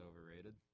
overrated